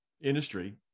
industry